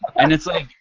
and it's like,